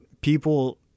people